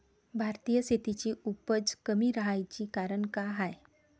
भारतीय शेतीची उपज कमी राहाची कारन का हाय?